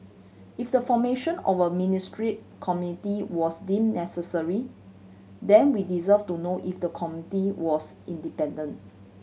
if the formation of a ministry committee was deemed necessary then we deserve to know if the committee was independent